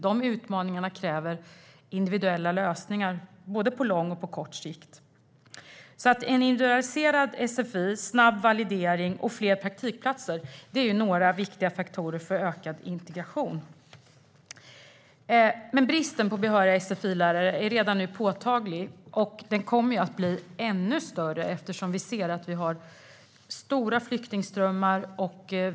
Dessa utmaningar kräver individuella lösningar på både lång och kort sikt. En individualiserad sfi, snabb validering och fler praktikplatser är några viktiga faktorer för ökad integration. Men bristen på behöriga sfi-lärare är redan nu påtaglig, och den kommer att bli ännu större eftersom vi ser att vi har stora flyktingströmmar.